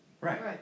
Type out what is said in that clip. Right